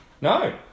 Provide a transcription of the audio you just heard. No